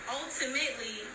ultimately